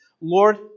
Lord